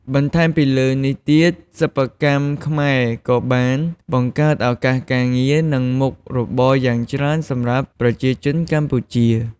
បន្ថែមពីលើនេះទៀត សិប្បកម្មខ្មែរក៏បានបង្កើតឱកាសការងារ និងមុខរបរយ៉ាងច្រើនសម្រាប់ប្រជាជនកម្ពុជា។